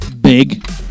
big